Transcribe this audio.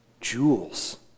jewels